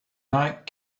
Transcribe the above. night